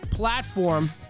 platform